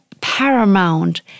paramount